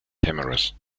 cameras